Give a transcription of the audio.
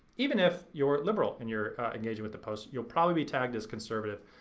even if you're liberal and you're engaging with the post you'll probably be tagged as conservative.